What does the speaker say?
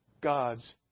God's